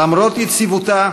למרות יציבותה,